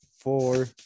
four